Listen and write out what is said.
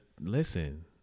listen